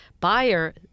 buyer